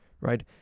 right